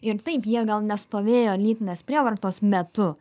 ir taip jie gal nestovėjo lytinės prievartos metu